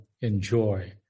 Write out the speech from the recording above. enjoy